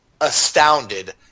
astounded